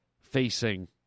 facing